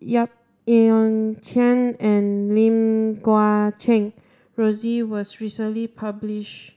Yap Ee Chian and Lim Guat Kheng Rosie was recently published